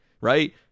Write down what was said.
right